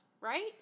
right